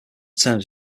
terms